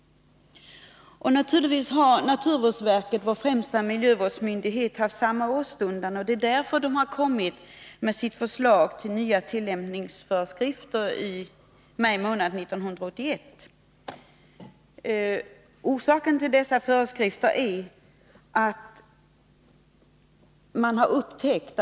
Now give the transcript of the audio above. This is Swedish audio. Naturligtvis har naturvårdsverket, vår främsta miljövårdsmyndighet, haft samma åstundan, och därför har naturvårdsverket lagt fram sitt förslag om nya tillämpningsföreskrifter i maj 1981.